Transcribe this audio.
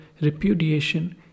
repudiation